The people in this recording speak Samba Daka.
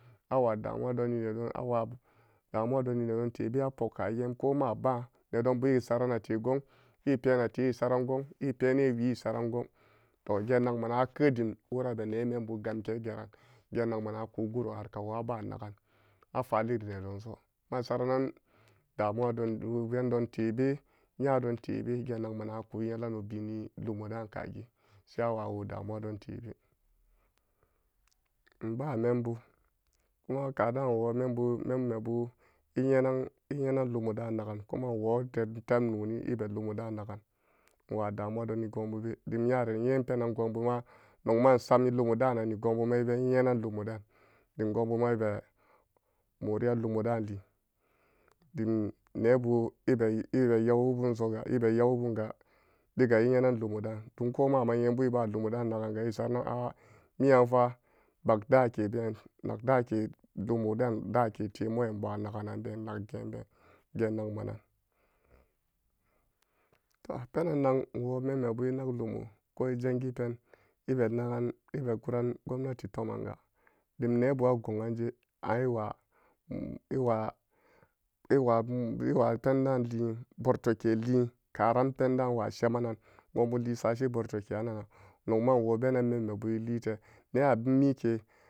Awa damuwa don tebe apokkage nedo nbu i sarana tegoong i penate i saran gong i penehi i saran gong toh geen nak manan ake wora be ne membu gankan gera geen nak manan a ku gurohar kawo aba nagan a faliri nedon so nma sara nan damuwa don pendon tebe nyadon tebe geep nat manan aku yelano bini lumo daan kagi se awa wo damuwa daan ka geen be nbamembu kuma kadan nwo membu memmebu inyenan lumo daana gan kuma nwoon i tabi tem noni i be lum o daan agan nwa damuwa doni goon bube dim nyare nyeen goon buma nmasam lumodaani goon buma i nyenan lumo daan dim goonbuma ibe morin lumo daan liin dim nebu ibe yewi bun soga i be yewibun ga diga inye be nan lummo daan dim ko ma pat nye bu iba lummo daan nagan ga i saranan a a miyan fa bog daakedeni nagda ke lumo de dake fe moon nyaman wa naganan goon nag geen been geen nagmanan toh penan nag nwo meme bu i nag lumo daanan koi jangi pen i be nagan i be guran gomnati tomanga dim nebura go'anje an iwa iwa iwa penjan iwa borto ke liin karan pendaan wa shemanan goon ba li sashi borto kerannan nok ma nwobenan memmebu lite ne amike.